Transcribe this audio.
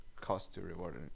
cost-to-reward